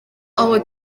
aho